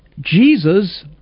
Jesus